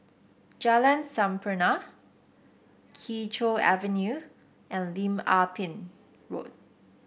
Jalan Sampurna Kee Choe Avenue and Lim Ah Pin Road